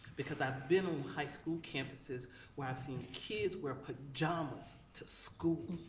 because i've been on high school campuses where i've seen kids wear pajamas to school.